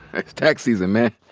it's tax season, man.